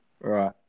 right